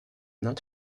not